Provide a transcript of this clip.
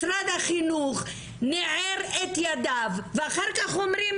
משרד החינוך ניער את ידיו ואחר כך אומרים